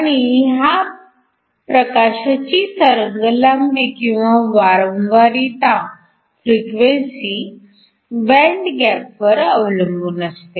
आणि ह्या प्रकाशी तरंगलांबी किंवा वारंवारिता फ्रिक्वेन्सी बँड गॅप वर अवलंबून असते